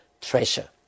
treasure